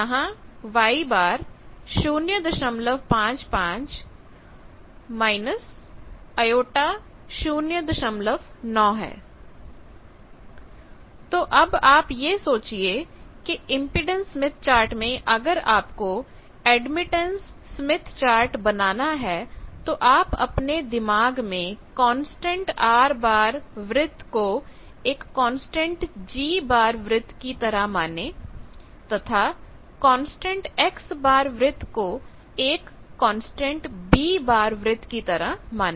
Y GjB 055 - j09 तो अब आप यह सोचिए कि इंपेडेंस स्मिथ चार्ट में अगर आपको एडमिटेंस स्मिथ चार्ट बनाना है तो आप अपने दिमाग में कांस्टेंट R वृत को एक कांस्टेंट G वृत्त की तरह माने तथा कांस्टेंट X वृत्त को एक कांस्टेंट B वृत्त की तरह माने